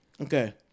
Okay